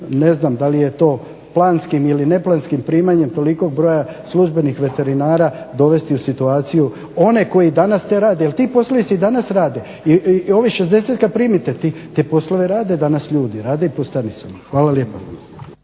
ne znam da li je to planskim ili neplanskim primanjem tolikog broja službenih veterinara dovesti u situaciju one koji danas …/Govornik se ne razumije./…, jer ti poslovi se i danas rade, i ovih 60 kad primite te poslove danas ljudi, rade po stanicama. Hvala lijepa.